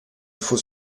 faut